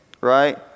right